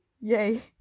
yay